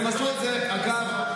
אגב,